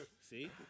See